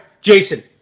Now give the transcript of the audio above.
Jason